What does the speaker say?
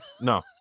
No